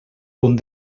punt